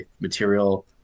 material